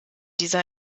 dieser